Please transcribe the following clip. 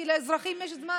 כי לאזרחים יש זמן.